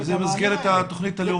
זה במסגרת התוכנית הלאומית.